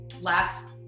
last